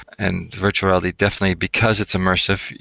and virtual reality definitely because it's immersive,